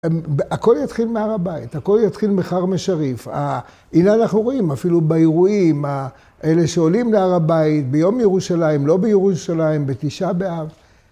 הכל יתחיל מהר הבית, הכל יתחיל מחרם אלשריף. הנה אנחנו רואים אפילו באירועים, אלה שעולים להר הבית ביום ירושלים, לא בירושלים, בתשעה באב.